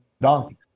donkey